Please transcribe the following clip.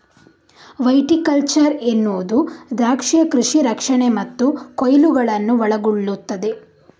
viticulture ಎನ್ನುವುದು ದ್ರಾಕ್ಷಿಯ ಕೃಷಿ ರಕ್ಷಣೆ ಮತ್ತು ಕೊಯ್ಲುಗಳನ್ನು ಒಳಗೊಳ್ಳುತ್ತದೆ